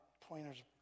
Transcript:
pointer's